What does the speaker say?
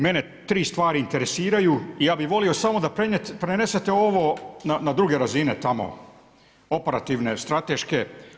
Mene tri stvari interesiraju i ja bih volio samo da prenesete ovo na druge razine tamo, operativne strateške.